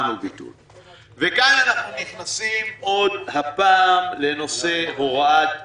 --- כאן אנחנו נכנסים עוד פעם לנושא הוראת שעה.